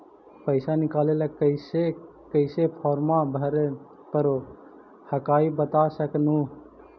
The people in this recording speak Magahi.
पैसा निकले ला कैसे कैसे फॉर्मा भरे परो हकाई बता सकनुह?